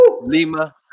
Lima